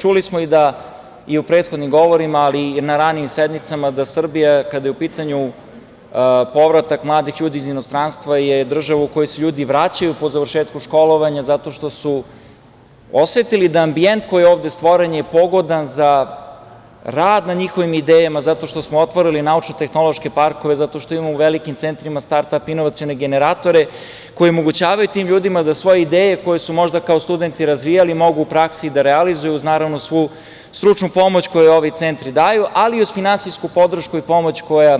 Čuli smo i u prethodnim govorima, ali i na ranijim sednicama, da Srbija kada je u pitanju povratak mladih ljudi iz inostranstva je država u koju se ljudi vraćaju po završetku školovanja zato što su osetili da ambijent koji je ovde stvoren je pogodan za rad na njihovim idejama, zato što smo otvorili naučno-tehnološke parkove, zato što imamo u velikim centrima start-ap inovacione generatore, koji omogućavaju tim ljudima da svoje ideje koje su možda kao studenti razvijali mogu u praksi da realizuju, uz svu stručnu pomoć koju ovi centri daju, ali i uz finansijsku podršku i pomoć koju